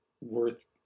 worth